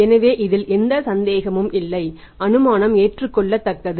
எனவே இதில் எந்த சந்தேகமும் இல்லை அனுமானம் ஏற்றுக்கொள்ளத்தக்கது